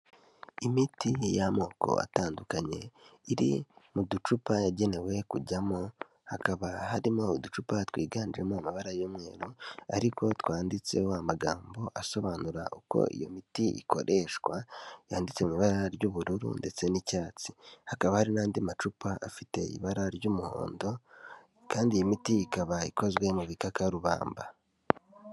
Imiti y'amoko atandukanye iri mu ducupa yagenewe kujyamo, hakaba harimo uducupa twiganjemo amabara y'umweru ariko twanditseho amagambo asobanura uko iyo miti ikoreshwa. Yanditse mu ibara ry'ubururu ndetse n'icyatsi. Hakaba hari n'andi macupa afite ibara ry'umuhondo kandi iyi miti ikaba ikozwe mu gikakarubamba.